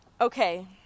Okay